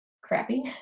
crappy